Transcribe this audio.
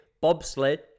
bobsled